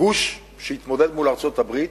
גוש שיתמודד מול ארצות-הברית.